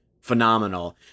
phenomenal